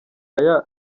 aya